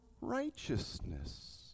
righteousness